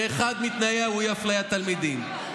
שאחד מתנאיה הוא אי-אפליית תלמידים.